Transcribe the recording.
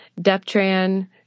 Deptran